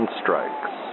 strikes